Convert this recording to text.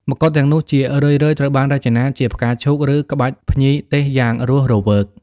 មកុដទាំងនោះជារឿយៗត្រូវបានរចនាជាផ្កាឈូក ឬក្បាច់ភ្ញីទេសយ៉ាងរស់រវើក។